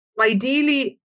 ideally